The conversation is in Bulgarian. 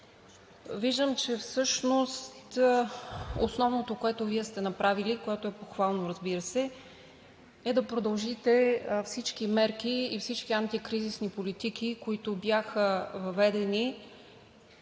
виждам, че всъщност основното, което Вие сте направили и което е похвално, разбира се, е да продължите всички мерки и всички антикризисни политики, които бяха въведени